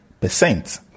percent